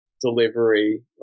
delivery